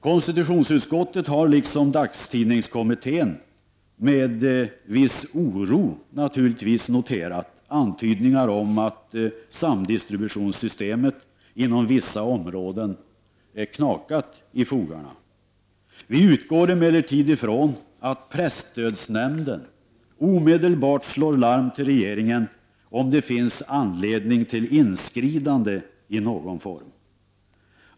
Konstitutionsutskottet har liksom dagstidningskommittén med viss oro noterat antydningar om att samdistributionssystemet inom vissa områden knakat i fogarna. Vi utgår emellertid från att presstödsnämnden omedelbart slår larm till regeringen om det finns anledning till inskridande i någon form.